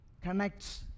connects